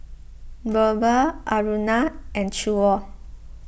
Birbal Aruna and Choor